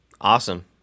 Awesome